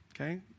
okay